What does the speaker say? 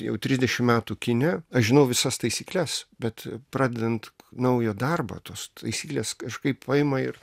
jau trisdešim metų kine aš žinau visas taisykles bet pradedant naują darbą tos taisyklės kažkaip paima ir